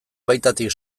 baitatik